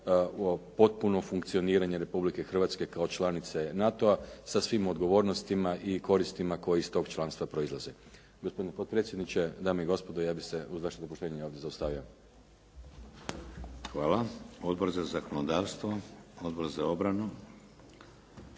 potpuno funkcioniranje Republike Hrvatske kao članice NATO-a sa svim odgovornostima i koristima koje iz tog članstva proizlaze. Gospodine potpredsjedniče, dame i gospodo, ja bih se uz vaše dopuštenje ovdje zaustavio. **Šeks, Vladimir (HDZ)** Hvala. Odbor za zakonodavstvo, Odbor za obranu.